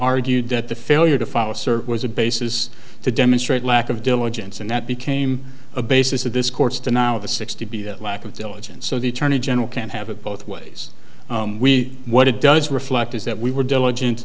argued that the failure to file a search was a basis to demonstrate lack of diligence and that became a basis of this court's to now the sixty b the lack of diligence so the attorney general can't have it both ways we what it does reflect is that we were diligen